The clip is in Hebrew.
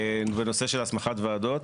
בנושא של הסמכת ועדות.